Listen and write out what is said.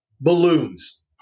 balloons